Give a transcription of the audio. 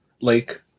Lake